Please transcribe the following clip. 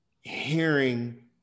hearing